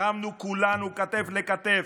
לחמנו כולנו כתף לכתף,